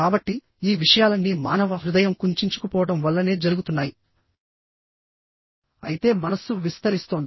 కాబట్టి ఈ విషయాలన్నీ మానవ హృదయం కుంచించుకుపోవడం వల్లనే జరుగుతున్నాయి అయితే మనస్సు విస్తరిస్తోంది